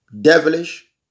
devilish